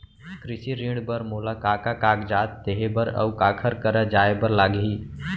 कृषि ऋण बर मोला का का कागजात देहे बर, अऊ काखर करा जाए बर लागही?